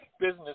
business